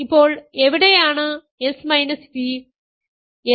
ഇപ്പോൾ എവിടെയാണ് s v